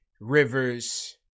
Rivers